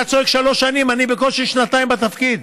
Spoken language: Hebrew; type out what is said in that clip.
אתה צועק שלוש שנים, אני בקושי שנתיים בתפקיד.